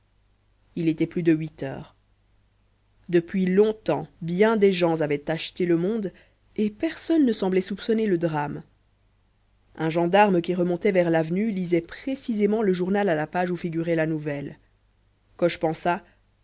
il était plus de huit heures depuis longtemps bien des gens avaient acheté le monde et personne ne semblait soupçonner le drame un gendarme qui remontait vers l'avenue lisait précisément le journal à la page où figurait la nouvelle coche pensa